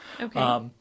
Okay